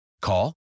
Call